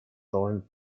должен